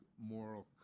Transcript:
moral